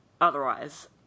Otherwise